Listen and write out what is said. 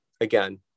again